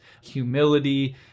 humility